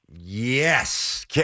Yes